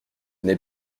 n’est